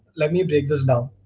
let me break this down